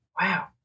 Wow